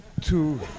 two